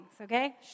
okay